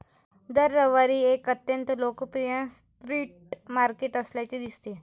दर रविवारी एक अत्यंत लोकप्रिय स्ट्रीट मार्केट असल्याचे दिसते